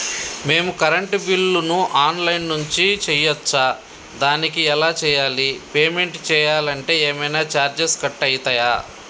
మేము కరెంటు బిల్లును online నుంచి చేయచ్చా? దానికి ఎలా చేయాలి? పేమెంట్ చేయాలంటే ఏమైనా చార్జెస్ కట్ అయితయా?